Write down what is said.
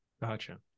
Gotcha